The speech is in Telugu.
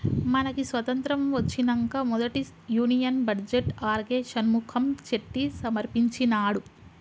మనకి స్వతంత్రం ఒచ్చినంక మొదటి union budget RK Shanmukham Chetty సమర్పించినాడు